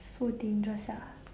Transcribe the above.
so dangerous ah